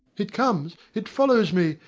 it comes, it follows me.